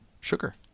sugar